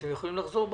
אתם יכולים לחזור בכם.